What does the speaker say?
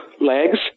legs